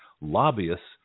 Lobbyists